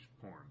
porn